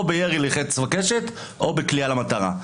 או בירי בחץ וקשת או בקליעה למטרה.